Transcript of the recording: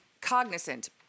cognizant